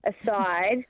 aside